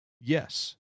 yes